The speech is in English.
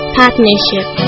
partnership